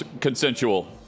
consensual